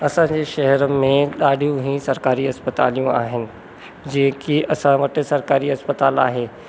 असांजे शहर में ॾाढियूं ई सरकारी अस्पतालूं आहिनि जीअं की असां वटि सरकारी अस्पताल आहे